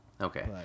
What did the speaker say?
Okay